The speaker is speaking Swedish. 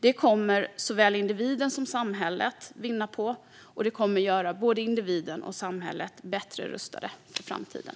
Det kommer såväl individen som samhället att vinna på, och det kommer att göra både individen och samhället bättre rustade för framtiden.